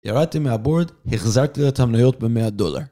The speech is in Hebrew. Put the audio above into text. ירדתי מהבורד, החזרתי להיות במאה דולר